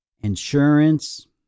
insurance